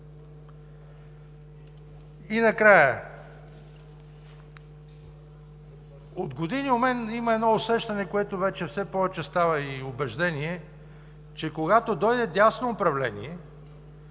И накрая, от години наред у мен има едно усещане, което все повече става и убеждение, че когато дойде дясно управление